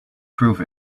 prove